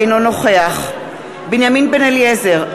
אינו נוכח בנימין בן-אליעזר,